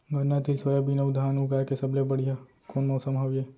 गन्ना, तिल, सोयाबीन अऊ धान उगाए के सबले बढ़िया कोन मौसम हवये?